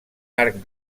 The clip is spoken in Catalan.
arc